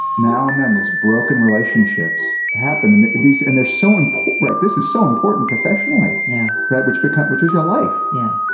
now and then there's broken relationships happen and these and they're so simple right this is so important professionally. yeah right. which breakup which was your life. yeah.